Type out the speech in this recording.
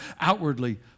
Outwardly